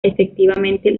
efectivamente